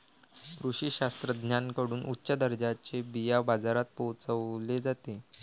कृषी शास्त्रज्ञांकडून उच्च दर्जाचे बिया बाजारात पोहोचवले जाते